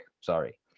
sorry